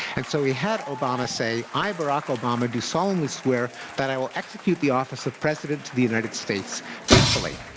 and so he had obama say i, barack obama, do solemnly swear that i will execute the office of president of the united states faithfully,